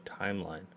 timeline